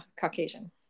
Caucasian